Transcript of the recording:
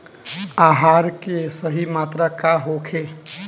आहार के सही मात्रा का होखे?